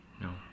No